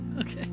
okay